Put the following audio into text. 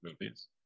movies